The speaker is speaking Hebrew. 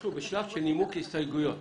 אנחנו בשלב של נימוק הסתייגויות.